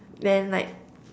then like